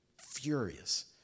furious